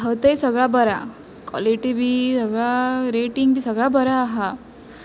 आसाय सगळें बरें कॉलिटी बी सगळें रेटींग बी सगळें बरें आसा